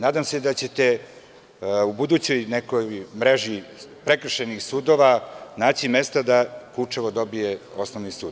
Nadam se da ćete u budućoj nekoj mreži prekršajnih sudova naći mesta da Kučevo dobije osnovni sud.